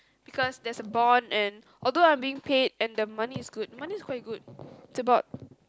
because there's a bond and although I'm been paid and the money is good the money is quite good it's about